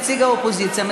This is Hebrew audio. נציג האופוזיציה,